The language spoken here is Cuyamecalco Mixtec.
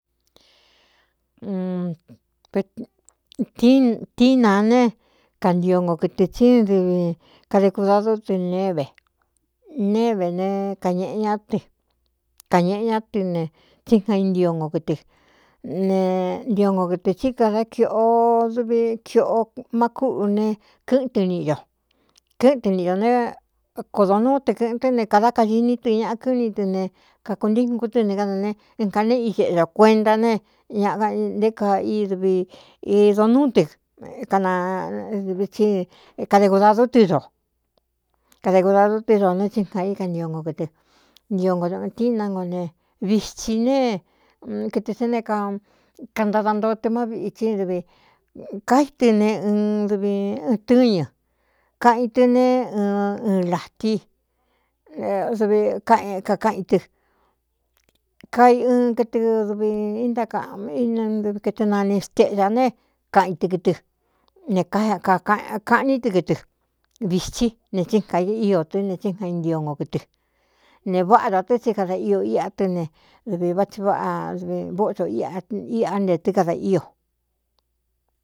Tíí na ne kantio ngo kɨtɨ tsí dɨvi kade kudadú tɨ nééve néé ve ne kañēꞌe ñá tɨ kañēꞌe ñá tɨ ne tsí ga intio ngo kɨtɨ ne ntio ngo kɨtɨ tsí kadá kīꞌo duvi kiꞌo má kúꞌu ne kɨ́ꞌɨn tɨ niꞌi ño kɨ́ꞌɨn tɨ niꞌi dō ne kodo núu te kɨ̄ꞌɨn tɨ́ ne kādá kainí tɨ ñaꞌa kɨ́ ní tɨ ne kakūntíkun kútɨ ne gánane ɨn kane iseꞌe do kuenta ne ñaꞌ ka nté ka i dɨvi īdo núu tɨvi tsi kade udadú tɨ do kade kudadú tɨ́ do ne tsi na i kantio ngo kɨtɨ ntio ngo ɨ ɨtíina ngo ne vitsi ne kɨtɨ sé ne ka kantada ntoo tɨ má vitsí dɨvi kaí tɨ ne ɨn dɨvi ɨɨ tɨ́ñɨ kaꞌa in tɨ ne n ɨn latídvi kakaꞌin tɨ kai ɨn kɨtɨ duvi intákaꞌ vi kɨtɨ nani steꞌdā ne kaꞌ in tɨ kɨtɨ ne kaꞌní tɨ kɨtɨ vitsí ne tsi nga íō tɨ́ ne tsí nga intio ngo kɨtɨ ne váꞌa do tɨ tsi kada ío íꞌá tɨ́ ne dɨvi va tsi váꞌa dvi vóꞌco iꞌá nte tɨ kadā ío.